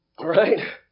Right